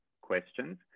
questions